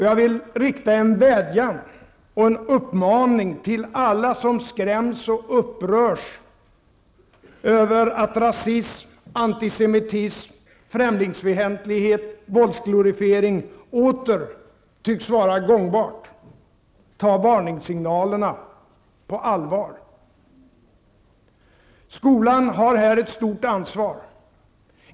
Jag vill rikta en vädjan och en uppmaning till alla som skräms och upprörs över att rasism, antisemitism, främlingsfientlighet och våldsglorifiering åter tycks vara gångbart: Ta varningssignalerna på allvar! Skolan har här ett stort ansvar.